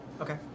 Okay